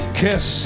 kiss